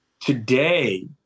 today